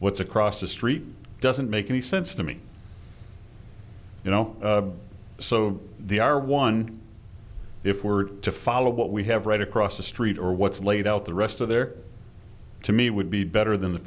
what's across the street doesn't make any sense to me you know so the are one if we're to follow what we have right across the street or what's laid out the rest of their to me would be better than the